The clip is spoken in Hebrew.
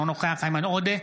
אינו נוכח איימן עודה,